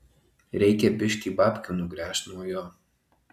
reikia biškį babkių nugręžt nuo jo